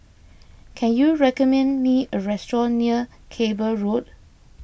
can you recommend me a restaurant near Cable Road